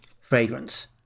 fragrance